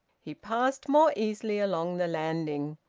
he passed more easily along the landing.